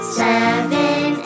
seven